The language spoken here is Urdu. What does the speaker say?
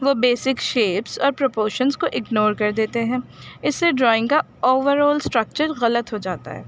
وہ بیسک شیپس اور پرپورشنس کو اگنور کر دیتے ہیں اس سے ڈرائنگ کا اوور آل اسٹرکچر غلط ہو جاتا ہے